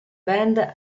band